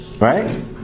Right